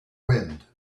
wind